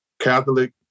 Catholic